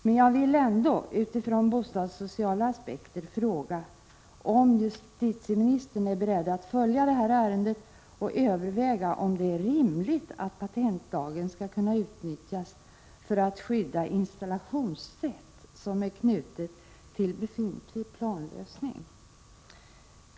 Men jag vill ändå — utifrån bostadssoci — 5 mars 1987 ala aspekter — fråga om justitieministern är beredd att följa detta ärende och överväga om det är rimligt att patentlagen skall kunna utnyttjas för att skydda installationssätt som är knutna till befintlig planlösning.